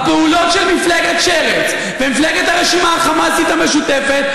הפעולות של מפלגת שרץ ומפלגת הרשימה החמאסית המשותפת,